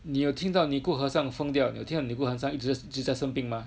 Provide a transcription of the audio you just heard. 你有听到尼姑和尚疯掉你有听到尼姑和尚一直在生病吗